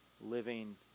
living